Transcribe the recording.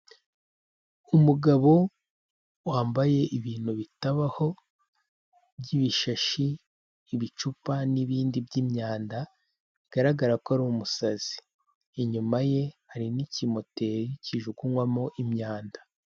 Umugabo wambaye ibintu bitabaho by'ibishashi, ibicupa n'ibindi by'imyanda bigaragara ko ari umusazi, inyuma ye hari n'ikimoteri kijugunywamo imyanda.